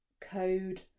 code